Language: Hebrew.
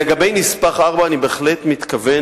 לגבי נספח 4, אני בהחלט מתכוון